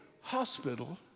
hospital